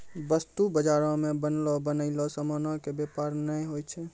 वस्तु बजारो मे बनलो बनयलो समानो के व्यापार नै होय छै